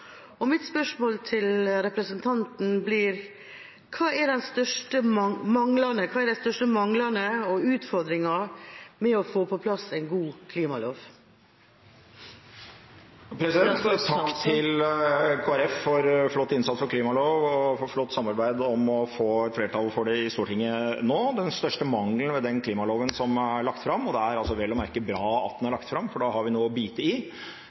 høring. Mitt spørsmål til representanten blir: Hva er den største mangelen og utfordringen med å få på plass en god klimalov? Takk til Kristelig Folkeparti for flott innsats for en klimalov og for flott samarbeid om å få flertall for det i Stortinget nå. Den største mangelen ved den klimaloven som er lagt fram – og det er vel å merke bra at den er lagt fram, for da har vi noe å bite i